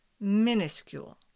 minuscule